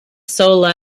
solar